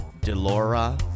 Delora